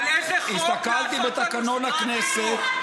מצאתם על איזה חוק לעשות לנו סדרת חינוך.